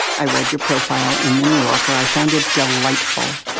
i read your profile in the new yorker, i found it delightful.